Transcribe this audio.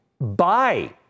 buy